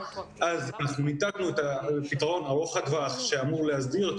אז אנחנו ניתקנו את הפתרון ארוך-הטווח שאמור להסדיר את